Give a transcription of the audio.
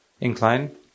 incline